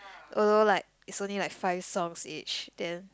although like is only like five songs each then